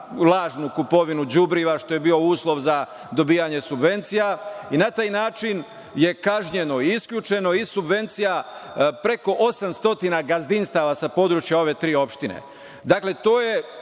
lažnu kupovinu đubriva, što je bio uslov za dobijanje subvencija, i na taj način je kažnjeno i isključeno, iz subvencija preko osam stotina gazdinstava sa područja ove tri opštine. Dakle,